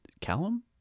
Callum